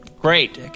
Great